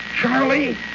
Charlie